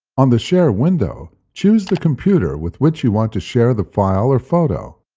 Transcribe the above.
on the share window, choose the computer with which you want to share the file or photo.